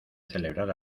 celebrar